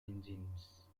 engines